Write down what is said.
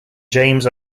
james